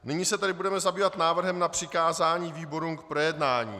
Nyní se tedy budeme zabývat návrhem na přikázání výborům k projednání.